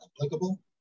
applicable